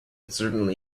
certainly